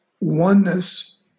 oneness